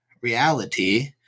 reality